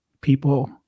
people